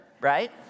right